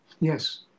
Yes